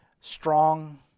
strong